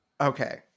okay